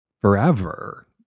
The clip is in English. forever